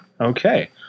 Okay